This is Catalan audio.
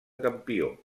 campió